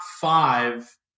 five